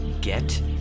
get